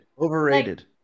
Overrated